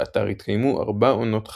באתר התקיימו 4 עונות חפירה.